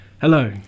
Hello